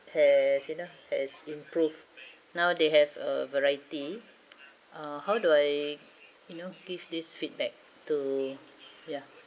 has you know has improved now they have a variety ah how do I you know give this feedback to ya